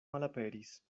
malaperis